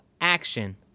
action